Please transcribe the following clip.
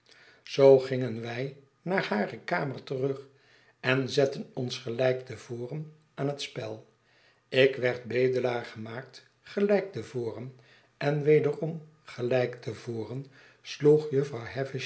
zoo gingen wij naar hare kamer terug en zetten ons gelijk te voren aan het spel ik werd bedelaar gemaakt gelijk te voren en wederom gelijk te voren sloeg